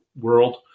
world